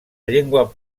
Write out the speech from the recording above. llengua